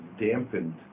dampened